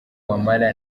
wamala